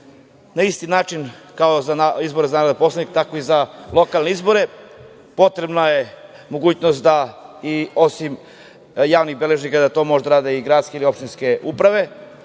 se. Na isti način kao za izbore za narodne poslanike, tako i za lokalne izbore, potrebna je mogućnost da, osim javnih beležnika, to mogu da rade gradske ili opštinske uprave